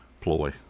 ploy